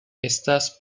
éstas